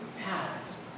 paths